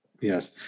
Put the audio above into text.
Yes